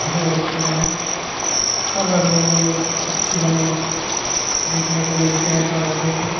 भरे होते हैं हर रंगों में पक्षी हमें देखने को मिलते हैं तालाबों पर